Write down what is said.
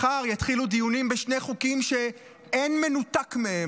מחר יתחילו דיונים בשני חוקים שאין מנותק מהם,